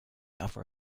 other